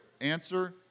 Answer